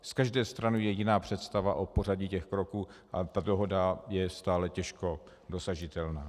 Z každé strany je jiná představa o pořadí těch kroků a ta dohoda je stále těžko dosažitelná.